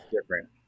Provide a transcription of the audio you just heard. different